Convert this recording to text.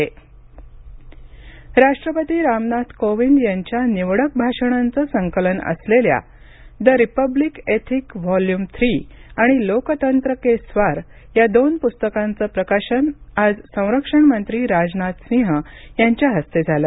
पुस्तक प्रकाशन राष्ट्रपती राष्ट्रपती रामनाथ कोविंद यांच्या निवडक भाषणांचं संकलन असलेल्या the republic ethic volume three आणि लोकतंत्र के स्वार या दोन पुस्तकांचं प्रकाशन आज संरक्षण मंत्री राजनाथ सिंह यांच्या हस्ते झालं